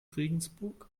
regensburg